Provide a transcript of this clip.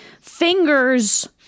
Fingers